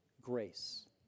grace